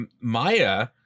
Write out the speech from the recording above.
Maya